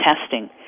testing